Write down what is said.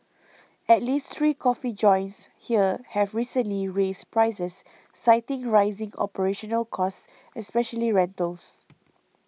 at least three coffee joints here have recently raised prices citing rising operational costs especially rentals